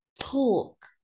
talk